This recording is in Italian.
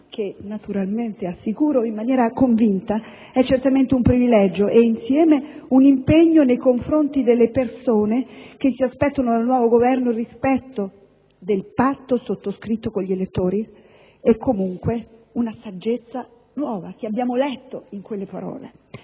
che, naturalmente, assicuro in maniera convinta, è certamente un privilegio e insieme un impegno nei confronti delle persone che si aspettano dal nuovo Governo il rispetto del patto sottoscritto con gli elettori e comunque una saggezza nuova, che abbiamo letto in quelle parole.